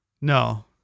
no